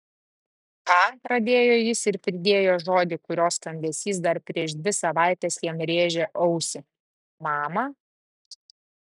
ką pradėjo jis ir pridėjo žodį kurio skambesys dar prieš dvi savaites jam rėžė ausį mama